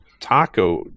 taco